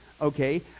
okay